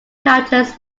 characters